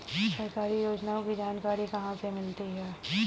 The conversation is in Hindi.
सरकारी योजनाओं की जानकारी कहाँ से मिलती है?